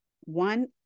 one